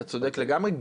אתה צודק לגמרי.